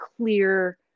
clear